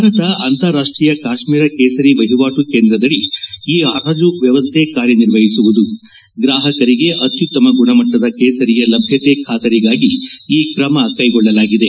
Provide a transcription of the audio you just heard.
ಭಾರತ ಅಂತಾರಾಷ್ಷೀಯ ಕಾತ್ನೀರ ಕೇಸರಿ ವಹಿವಾಟು ಕೇಂದ್ರದಡಿ ಈ ಪರಾಜು ವ್ಷವಸ್ಥೆ ಕಾರ್ಯನಿರ್ವಹಿಸುವುದು ಗ್ರಾಪಕರಿಗೆ ಅತ್ತುತ್ತಮ ಗುಣಮಟ್ಟದ ಕೇಸರಿಯ ಲಭ್ಯತೆ ಖಾತರಿಗಾಗಿ ಈ ತ್ರಮಕ್ಕೆಗೊಳ್ಲಲಾಗಿದೆ